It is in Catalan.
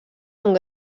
amb